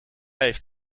heeft